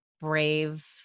brave